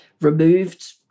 removed